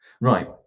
Right